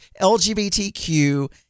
lgbtq